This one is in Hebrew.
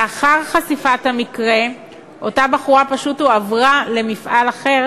לאחר חשיפת המקרה אותה בחורה פשוט הועברה למפעל אחר,